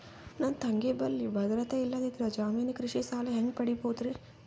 ನನ್ನ ತಂಗಿ ಬಲ್ಲಿ ಭದ್ರತೆ ಇಲ್ಲದಿದ್ದರ, ಜಾಮೀನು ಕೃಷಿ ಸಾಲ ಹೆಂಗ ಪಡಿಬೋದರಿ?